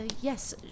yes